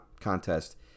contest